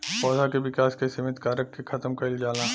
पौधा के विकास के सिमित कारक के खतम कईल जाला